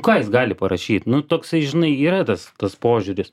ką jis gali parašyt nu toksai žinai yra tas tas požiūris